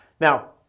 now